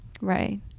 right